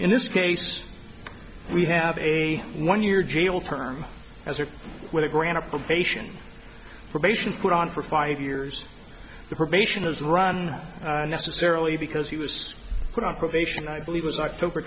in this case we have a one year jail term as a with a grant of probation probation put on for five years the probation is run necessarily because he was put on probation i believe was october